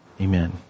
Amen